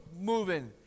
moving